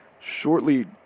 shortly